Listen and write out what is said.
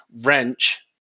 wrench